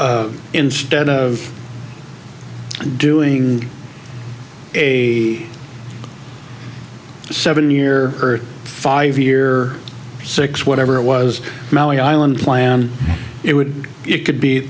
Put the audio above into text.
instead of doing a seven year or five year six whatever it was mowing island plan it would it could be